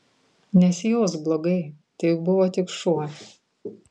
nesijausk blogai tai juk buvo tik šuo